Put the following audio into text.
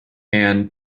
and